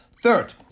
Third